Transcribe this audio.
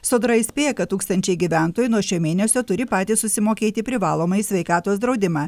sodra įspėja kad tūkstančiai gyventojų nuo šio mėnesio turi patys susimokėti privalomąjį sveikatos draudimą